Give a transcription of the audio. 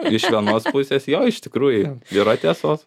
iš vienos pusės jo iš tikrųjų jiem yra tiesos